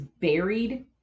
buried